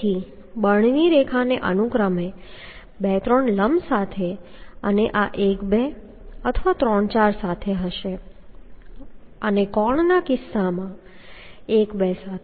તેથી બળની રેખાને અનુક્રમે 2 3 લંબ સાથે અને આ 1 2 અથવા 3 4 સાથે હશે અને કોણના કિસ્સામાં 1 2 સાથે